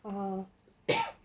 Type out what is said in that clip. (uh huh)